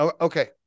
okay